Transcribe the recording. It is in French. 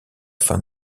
fin